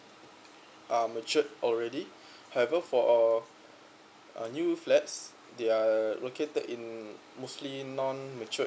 are matured already however for a uh new flats they're located in mostly non mature